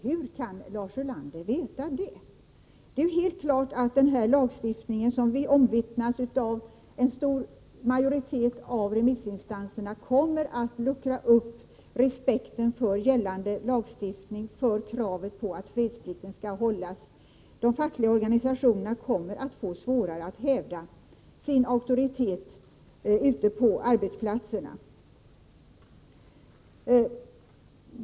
Hur kan Lars Ulander veta det? Det är helt klart att den här lagstiftningen, vilket omvittnas av en stor majoritet av remissinstanserna, kommer att luckra upp respekten för gällande lagstiftning, för kravet på att fredsplikten skall hållas. De fackliga organisationerna kommer att få svårare att hävda sin auktoritet ute på arbetsplatserna.